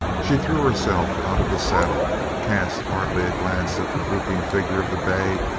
she threw herself out of the saddle, cast hardly a glance at the drooping figure of the bay,